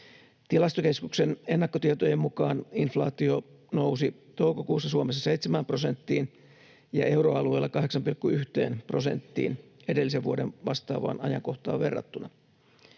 Tilastokeskuksen ennakkotietojen mukaan inflaatio nousi toukokuussa Suomessa 7 prosenttiin ja euroalueella 8,1 prosenttiin edellisen vuoden vastaavaan ajankohtaan verrattuna.